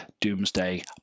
doomsday